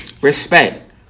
Respect